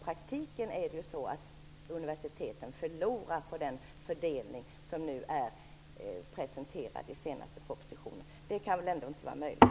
Men det kan väl ändå inte vara så att t.ex. Lunds universitet i praktiken skall förlora på den fördelning som presenteras i den senaste propositionen. Det kan väl ändå inte vara möjligt?